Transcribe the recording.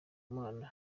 mana